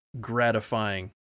gratifying